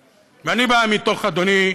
אדוני,